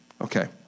okay